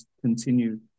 continue